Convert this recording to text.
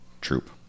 troop